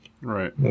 Right